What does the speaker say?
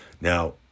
Now